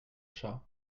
chat